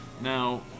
Now